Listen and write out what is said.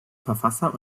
verfasser